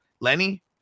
Lenny